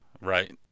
Right